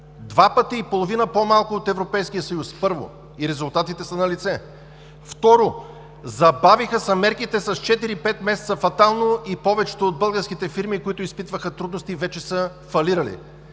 Два пъти и половина по-малко от Европейския съюз – първо, и резултатите са налице. Второ, забавиха се мерките с четири-пет месеца фатално и повечето от българските фирми, които изпитваха трудности, вече са фалирали.